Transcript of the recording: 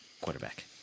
quarterback